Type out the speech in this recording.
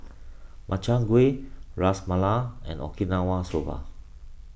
Makchang Gui Ras Malai and Okinawa Soba